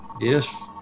Yes